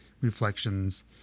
reflections